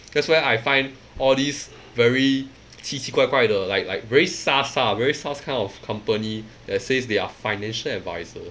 that's where I find all these very 奇奇怪怪的 like like very sus ah very sus kind of company that says they are financial adviser